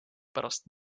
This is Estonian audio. pärast